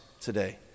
today